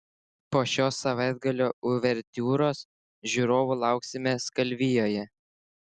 po šios savaitgalio uvertiūros žiūrovų lauksime skalvijoje